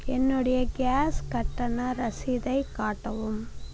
என்னுடைய கேஸ் கட்டண ரசீதைக் காட்டவும்